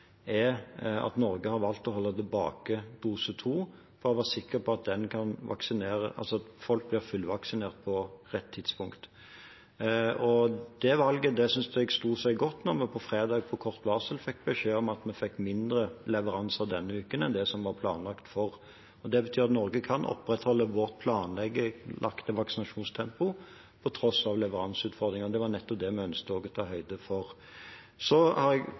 er at Norge har valgt å holde tilbake dose to for å være sikker på at folk blir fullvaksinert på rett tidspunkt. Det valget synes jeg sto seg godt da vi på fredag på kort varsel fikk beskjed om at vi fikk mindre leveranser denne uken enn det som det var planlagt for. Det betyr at Norge kan opprettholde sitt planlagte vaksinasjonstempo på tross av leveranseutfordringer. Det var nettopp det vi ønsket å ta høyde for. Så har jeg